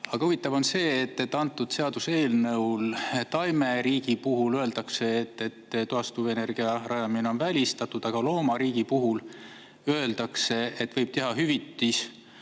Aga huvitav on see, et selles seaduseelnõus taimeriigi puhul öeldakse, et taastuvenergia[objekti] rajamine on välistatud, aga loomariigi puhul öeldakse, et võib rakendada hüvitis-